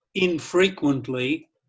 infrequently